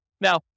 Now